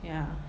ya